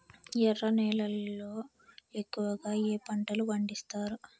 ఎర్ర నేలల్లో ఎక్కువగా ఏ పంటలు పండిస్తారు